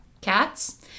cats